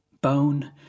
Bone